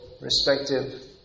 respective